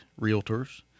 Realtors